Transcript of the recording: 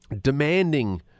demanding